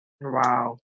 Wow